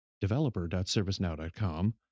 developer.servicenow.com